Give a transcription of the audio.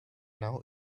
now